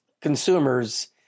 consumers